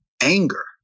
anger